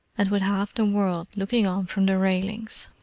and with half the world looking on from the railings.